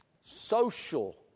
Social